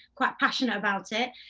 quite passionate about it.